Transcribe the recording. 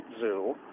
zoo